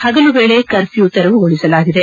ಹಗಲು ವೇಳೆ ಕರ್ಫ್ಯೂ ತೆರವುಗೊಳಿಸಲಾಗಿದೆ